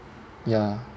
ya